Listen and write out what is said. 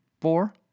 four